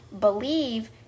believe